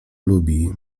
lubi